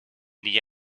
the